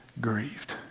grieved